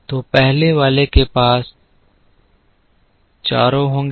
तो पहले वाले के पास चारों होंगे